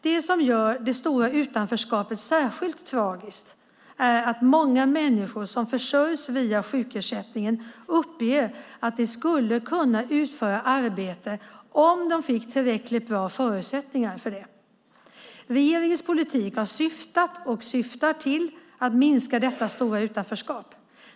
Det som gör det stora utanförskapet särskilt tragiskt är att många människor som försörjs via sjukersättningen uppger att de skulle kunna utföra arbete om de fick tillräckligt bra förutsättningar för det. Regeringens politik har syftat och syftar till att minska detta stora utanförskap.